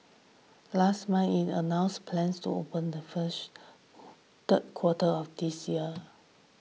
last month it announced plans to open the first the quarter of this year